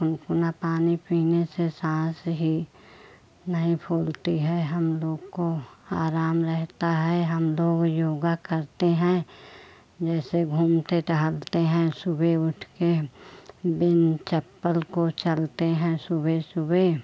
गुनगुना पानी पीने से साँस ही नहीं फूलती है हम लोग को आराम रहता है हम लोग योग करते हैं जैसे घूमते टहलते हैं सूबह उठकर बिना चप्पल को चलते हैं सूबह सूबह